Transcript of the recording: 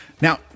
Now